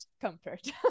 comfort